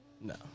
No